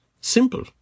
Simple